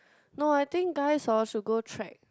no I think guys hor should go trek